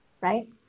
right